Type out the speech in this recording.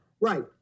Right